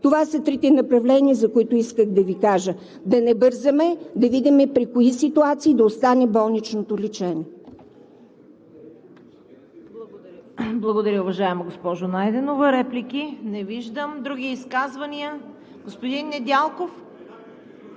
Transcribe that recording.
Това са трите направления, за които исках да Ви кажа. Да не бързаме, да видим при кои ситуации да остане болничното лечение. ПРЕДСЕДАТЕЛ ЦВЕТА КАРАЯНЧЕВА: Благодаря, уважаема госпожо Найденова. Реплики? Не виждам. Други изказвания? Господин Недялков